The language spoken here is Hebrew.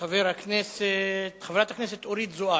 חברת הכנסת אורית זוארץ.